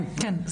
כן.